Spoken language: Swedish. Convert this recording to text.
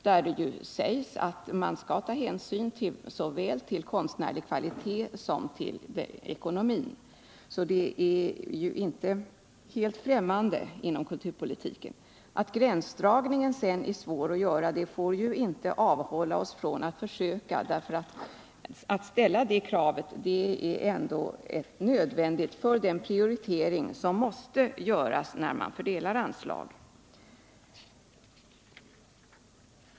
Där sägs att man skall ta hänsyn till såväl konstnärlig kvalitet som ekonomi. Det kravet är alltså inte helt främmande inom kulturpolitiken. Att det sedan är svårt att göra gränsdragningen får inte avhålla oss från att försöka. Att ställa det kravet är ändå nödvändigt för den prioritering som måste göras när man fördelar anslag.